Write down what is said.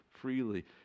freely